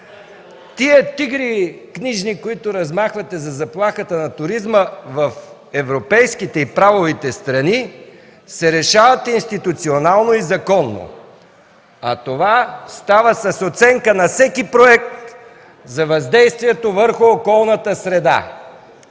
Тези книжни тигри, които размахвате за заплахата на туризма, в европейските и в правовите страни се решават институционално и законно, а това става с оценка на всеки проект за въздействието върху околната среда.